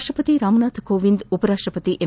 ರಾಷ್ಲಪತಿ ರಾಮನಾಥ್ ಕೋವಿಂದ್ ಉಪರಾಷ್ಟಪತಿ ಎಂ